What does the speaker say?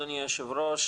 אדוני היושב ראש,